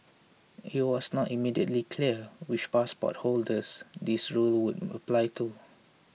it was not immediately clear which passport holders this rule would apply to